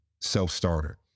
self-starter